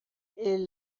est